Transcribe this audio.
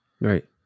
right